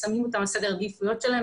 שמים אותו על סדר העדיפויות שלהם,